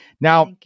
Now